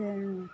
ಮತ್ತೆ